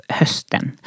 hösten